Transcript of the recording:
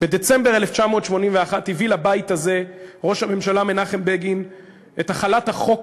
בדצמבר 1981 הביא לבית הזה ראש הממשלה מנחם בגין את החלת החוק